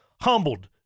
Humbled